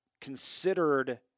considered